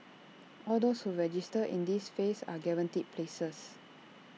all those who register in this phase are guaranteed places